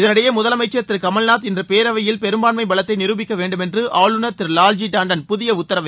இதனிடையே முதலமைச்சர் திரு கமல்நாத் இன்று பேரவையில் பெரும்பான்மை பலத்தை நிருபிக்க வேண்டும் என்று ஆளுநர் திரு லால் ஜி டான்டன் புதிய உத்தரவை பிறப்பித்துள்ளார்